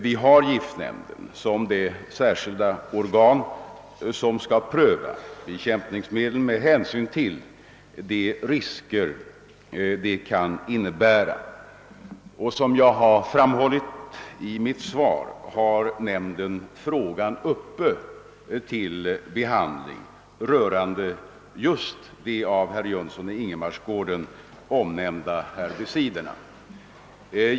Vi har giftnämnden som det särskilda organ som skall pröva bekämpningsmedel med hänsyn till de risker som de kan innebära, och som jag framhållit i mitt svar har nämnden nyligen tagit upp frågan om den fortsatta användningen av de herbicider som herr Jönsson i Ingemarsgården nämnt.